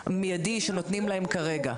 המיידי שנותנים להם כרגע.